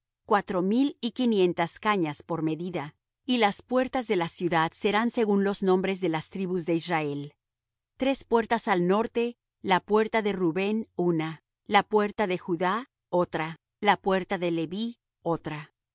cuatro mil y quinientas cañas por medida y las puertas de la ciudad serán según los nombres de las tribus de israel tres puertas al norte la puerta de rubén una la puerta de judá otra la puerta de leví otra